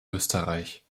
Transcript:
österreich